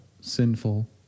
sinful